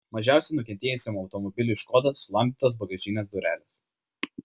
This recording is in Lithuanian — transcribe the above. mažiausiai nukentėjusiam automobiliui škoda sulamdytos bagažinės durelės